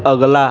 अगला